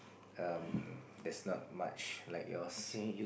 um there's not much like yours